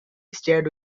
starred